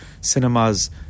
cinemas